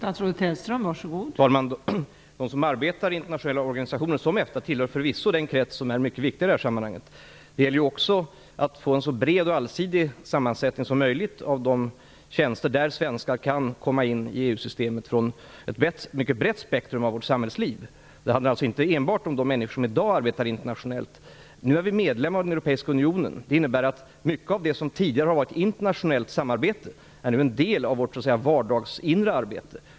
Fru talman! De som arbetar i internationella organisationer som EFTA tillhör förvisso den krets som är mycket viktig i sammanhanget. Det gäller också att få en så bred och allsidig sammansättning som möjligt av de tjänster där svenskar kan komma in i EU systemet, från ett mycket brett spektrum av vårt samhällsliv. Det handlar alltså inte enbart om de människor som i dag arbetar internationellt. Nu är vi medlemmar av den Europeiska unionen. Det innebär att mycket av det som tidigare har varit internationellt samarbete nu är en del av vårt så att säga vardagsinre arbete.